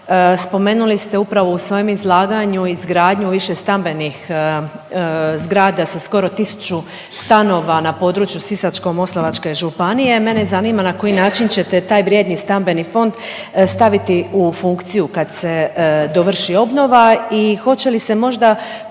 spomenuli ste upravo u svojem izlaganju izgradnju višestambenih zgrada sa skoro tisuću stanova na području Sisačko-moslavačke županije. Mene zanima na koji način ćete taj vrijedni stambeni fond staviti u funkciju kad se dovrši obnova i hoće li se možda